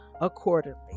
accordingly